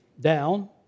down